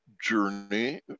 journey